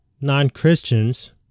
non-Christians